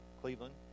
Cleveland